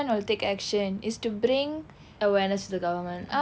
is to bring awareness to the government